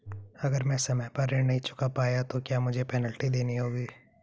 अगर मैं समय पर ऋण नहीं चुका पाया तो क्या मुझे पेनल्टी देनी होगी?